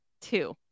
two